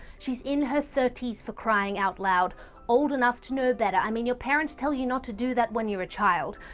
she's in her thirty s for crying out loud definitely old enough to know better, i mean your parents tell you not to do that when you're a child.